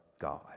God